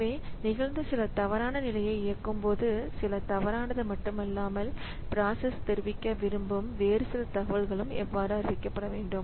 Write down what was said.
எனவே நிகழ்ந்த சில தவறான நிலையை இயக்கும் போது சில தவறானது மட்டுமல்லாமல் பிராசஸ் தெரிவிக்க விரும்பும் வேறு சில தகவல்களும் எவ்வாறு அறிவிக்கப்பட வேண்டும்